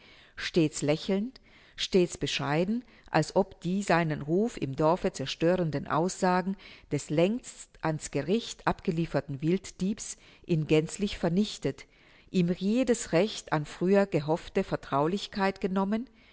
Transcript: stets lächelnd stets bescheiden als ob die seinen ruf im dorfe zerstörenden aussagen des längst an's gericht abgelieferten wilddiebes ihn gänzlich vernichtet ihm jedes recht an früher gehoffte vertraulichkeit genommen